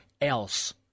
else